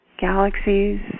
galaxies